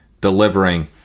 delivering